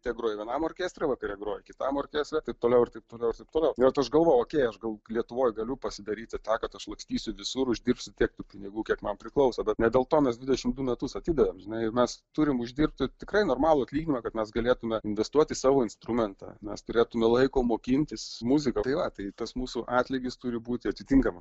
ten groji vienam orkestre vakare groji kitam orkestre taip toliau ir taip toliau ir taip toliau ir aš galvoju okei aš gal lietuvoj galiu pasidaryti tą kad aš sulakstysiu visur uždirbsiu tiek tų pinigų kiek man priklauso bet ne dėlto mes dvidešimt du metus atidavėm žinai ir mes turim uždirbti tikrai normalų atlyginimą kad mes galėtume investuoti į savo instrumentą mes turėtume laiko mokintis muziką tai vat tai tas mūsų atlygis turi būti atitinkamas